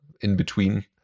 in-between